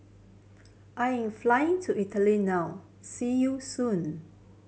I'm flying to Italy now see you soon